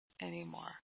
anymore